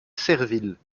serville